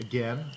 Again